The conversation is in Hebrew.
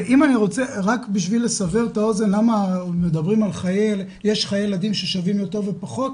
רק בשביל לסבר את האוזן למה יש חיי ילדים ששווים יותר ושווים פחות,